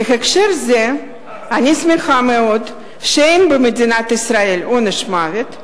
בהקשר זה אני שמחה מאוד שאין במדינת ישראל עונש מוות,